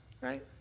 right